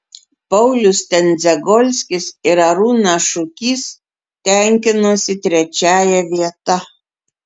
paulius tendzegolskis ir arūnas šukys tenkinosi trečiąja vieta